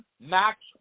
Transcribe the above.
Max